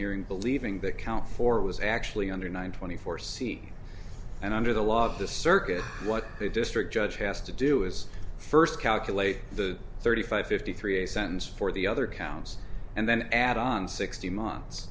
hearing believing that count four was actually under nine twenty four c and under the law of this circuit what the district judge has to do is first calculate the thirty five fifty three a sentence for the other counts and then add on sixty months